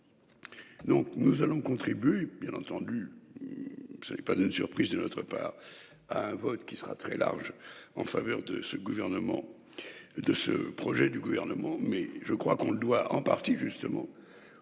Donc nous allons contribuer, bien entendu. Vous savez, pas de surprise de notre part à un vote qui sera très large en faveur de ce gouvernement. De ce projet du gouvernement mais je crois qu'on le doit en partie justement